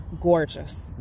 Gorgeous